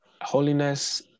holiness